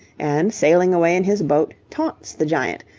and sailing away in his boat, taunts the giant,